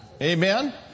Amen